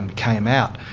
and came out.